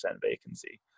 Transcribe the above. vacancy